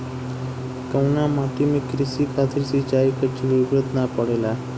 कउना माटी में क़ृषि खातिर सिंचाई क जरूरत ना पड़ेला?